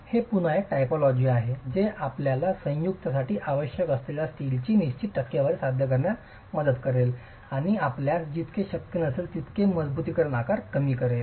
हे पुन्हा एक टायपोलॉजी आहे जे आपल्याला संयुक्तसाठी आवश्यक असलेल्या स्टीलची निश्चित टक्केवारी साध्य करण्यात मदत करेल आणि आपल्यास जितके शक्य असेल तितके मजबुतीकरण आकार कमी करेल